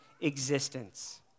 existence